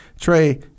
Trey